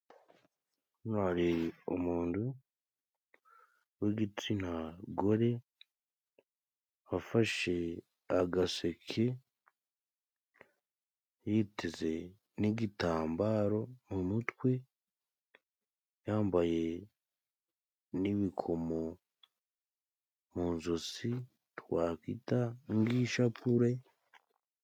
Hano hari umundu w'igitsina gore ,wafashe agaseke yiteze n'igitambaro mu mutwe ,yambaye n'ibikomo mu mu zosi twakwita ngi ishapure.